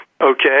Okay